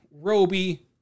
Roby